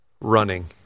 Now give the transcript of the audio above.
running